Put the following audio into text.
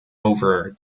over